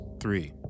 three